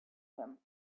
him